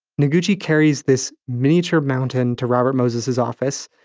noguchi carries this miniature mountain to robert moses's office,